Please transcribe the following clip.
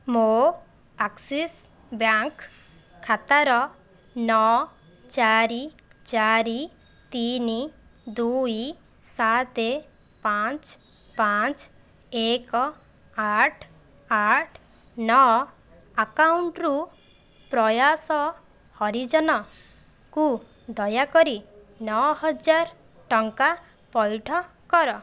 ମୋ Axis bank ଖାତାର ନଅ ଚାରି ଚାରି ତିନି ଦୁଇ ସାତ ପାଞ୍ଚ ପାଞ୍ଚ ଏକ ଆଠ ଆଠ ନଅ ଆକାଉଣ୍ଟରୁ ପ୍ରୟାସ ହରିଜନକୁ ଦୟାକରି ନଅ ହଜାର ଟଙ୍କା ପଇଠ କର